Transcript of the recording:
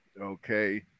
Okay